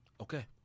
okay